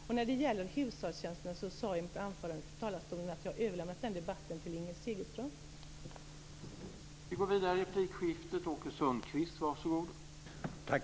Jag sade i mitt anförande från talarstolen att jag har överlämnat debatten om hushållstjänsterna till